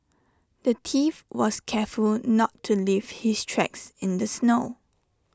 the thief was careful not to leave his tracks in the snow